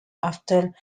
after